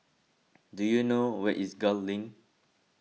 do you know where is Gul Link